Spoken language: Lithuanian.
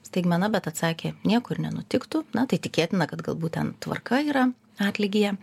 staigmena bet atsakė nieko ir nenutiktų na tai tikėtina kad galbūt ten tvarka yra atlygyje